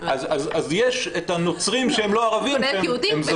אז יש את הנוצרים שהם לא ערבים.